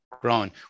grown